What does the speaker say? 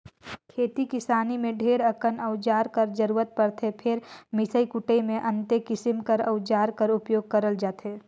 खेती किसानी मे ढेरे अकन अउजार कर जरूरत परथे फेर मिसई कुटई मे अन्ते किसिम कर अउजार कर उपियोग करल जाथे